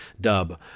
dub